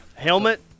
Helmet